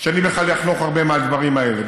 וחצי שאני בכלל אחנוך הרבה מהדברים האלה,